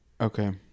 okay